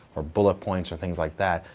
or bullet points, or things like that,